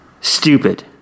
stupid